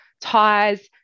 ties